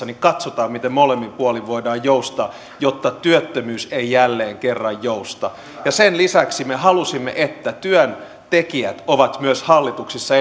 niin katsotaan miten molemmin puolin voidaan joustaa jotta työttömyys ei jälleen kerran jousta ja sen lisäksi me halusimme että työntekijät ovat myös hallituksissa